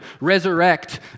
resurrect